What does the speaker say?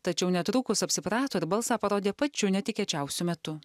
tačiau netrukus apsiprato ir balsą parodė pačiu netikėčiausiu metu